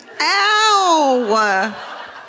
Ow